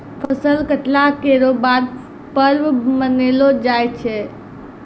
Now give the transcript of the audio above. फसल कटला केरो बाद परब मनैलो जाय छै